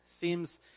Seems